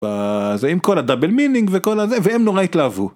זה עם כל הדאבל מינינג וכל הזה והם נורא התלהבו.